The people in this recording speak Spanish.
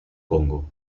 congo